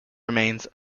remains